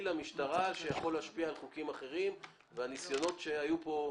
למשטרה שיכול להשפיע על חוקים אחרים והניסיונות שהיו כאן